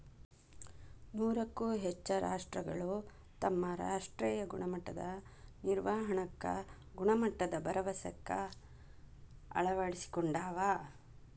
ನೂರಕ್ಕೂ ಹೆಚ್ಚ ರಾಷ್ಟ್ರಗಳು ತಮ್ಮ ರಾಷ್ಟ್ರೇಯ ಗುಣಮಟ್ಟದ ನಿರ್ವಹಣಾಕ್ಕ ಗುಣಮಟ್ಟದ ಭರವಸೆಕ್ಕ ಅಳವಡಿಸಿಕೊಂಡಾವ